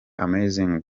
amazing